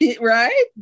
Right